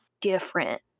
different